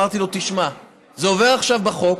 אמרתי לו: תשמע, זה עובר עכשיו בחוק,